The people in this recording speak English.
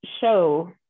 show